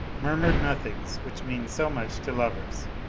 murmured nothings which mean so much to lovers!